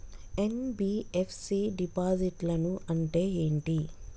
NBFC డిపాజిట్లను అంటే ఏంటి?